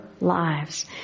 lives